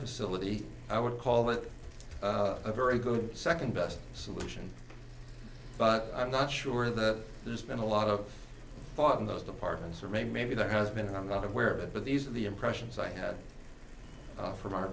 facility i would call that a very good second best solution but i'm not sure that there's been a lot of thought in those departments or maybe maybe there has been i'm not aware of it but these are the impressions i have from